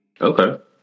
Okay